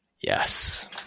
Yes